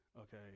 Okay